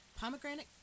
Pomegranate